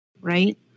right